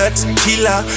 tequila